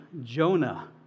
Jonah